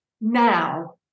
now